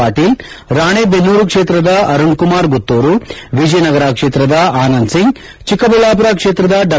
ಪಾಟೀಲ್ ರಾಣೇಬೆನ್ನೂರು ಕ್ಷೇತ್ರದ ಅರುಷ್ ಕುಮಾರ್ ಗುತ್ತೂರು ವಿಜಯನಗರ ಕ್ಷೇತ್ರದ ಆನಂದ್ ಸಿಂಗ್ ಚಿಕ್ಕಬಳ್ಳಾಪುರ ಕ್ಷೇತ್ರದ ಡಾ